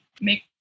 make